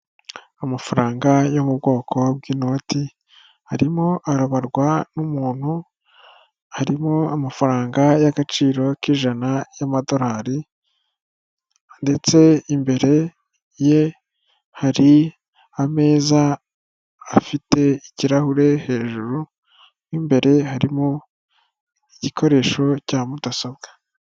Amafaranga yo mu bwoko bw'inoti, arimo arabarwa n'umuntu, harimo amafaranga y'agaciro k'ijana y'amadolari, ndetse imbere ye hari ameza afite ikirahure hejuru, mo imbere harimo igikoresho cya mudasobwa.